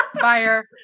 fire